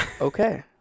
okay